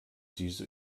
diese